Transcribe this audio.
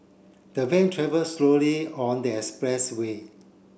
the van travel slowly on the expressway